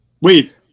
Wait